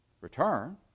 return